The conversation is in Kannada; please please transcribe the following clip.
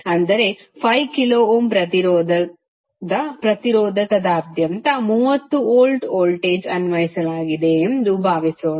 ಅಂದರೆ 5 ಕಿಲೋ ಓಮ್ ಪ್ರತಿರೋಧದ ಪ್ರತಿರೋಧಕದಾದ್ಯಂತ 30 ವೋಲ್ಟ್ ವೋಲ್ಟೇಜ್ ಅನ್ವಯಿಸಲಾಗಿದೆ ಎಂದು ಭಾವಿಸೋಣ